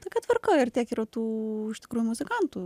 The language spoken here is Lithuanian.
tokia tvarka ir tiek yra tų iš tikrųjų muzikantų